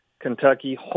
Kentucky